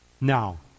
Now